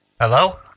Hello